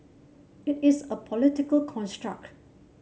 it is a political construct